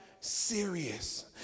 serious